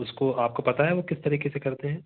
उसको आपको पता है वो किस तरीक़े से करते हैं